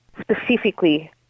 specifically